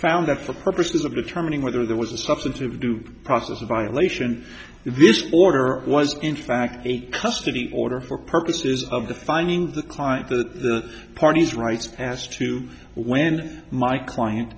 found that for purposes of determining whether there was a substantive due process violation this order was in fact a custody order for purposes of the finding the client the parties rights as to when my client